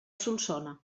solsona